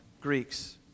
Greeks